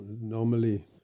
normally